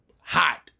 hot